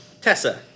Tessa